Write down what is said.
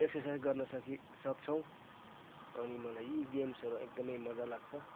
exercise गर्न सके सक्छौँ अनि मलाई यी गेम्सहरू एकदमै मज्जा लाग्छ